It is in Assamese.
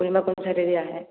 আপুনি বা কোন ছাইদে দি আহে